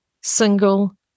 single